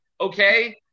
Okay